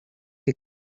que